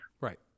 right